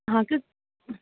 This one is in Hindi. हाँ